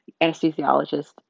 anesthesiologist